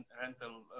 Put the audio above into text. rental